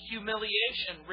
Humiliation